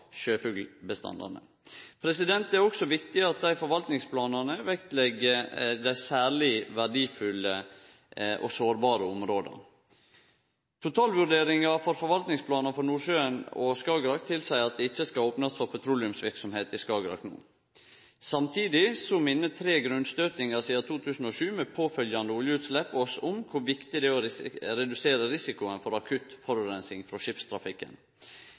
sjøfuglbestandane. Det er også viktig at forvaltningsplanane vektlegg dei særleg verdifulle og sårbare områda. Totalvurderinga for forvaltningsplanen for Nordsjøen og Skagerrak tilseier at det ikkje skal opnast for petroleumsverksemd i Skagerrak no. Samtidig minner tre grunnstøytingar sidan 2007 med påfølgjande oljeutslepp oss om kor viktig det er å redusere risikoen for akutt forureining frå skipstrafikken.